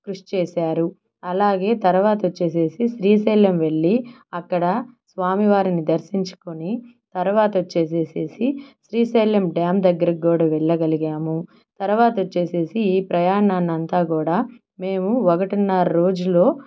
కృషి చేసారు అలాగే తర్వాత వచ్చేసి శ్రీశైలం వెళ్ళి అక్కడ స్వామి వారిని దర్శించుకుని తర్వాత వచ్చేసి శ్రీశైలం డ్యామ్ దగ్గర కూడా వెళ్ళగలిగాము తర్వాత వచ్చేసి ఈ ప్రయాణాన్ని అంత కూడా మేము ఒకటిన్నర రోజులో